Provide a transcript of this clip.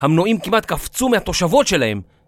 המנועים כמעט קפצו מהתושבות שלהם